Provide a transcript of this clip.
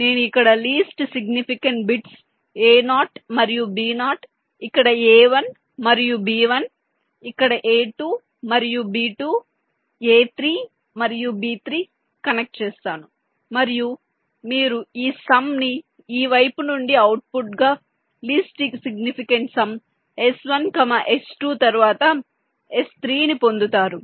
నేను ఇక్కడ least significant bits A0 మరియు B0 ఇక్కడ A1 మరియు B1 ఇక్కడ A2 మరియు B2 A3 మరియు B3 కనెక్ట్ చేస్తాను మరియు మీరు ఈ సమ్ ని ఈ వైపు నుండి అవుట్పుట్గా least significant sum S1 S2 తరువాత S3 పొందుతారు